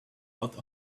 lot